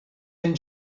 and